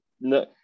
no